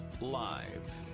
Live